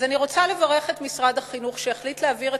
אז אני רוצה לברך את משרד החינוך שהחליט להעביר,